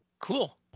Cool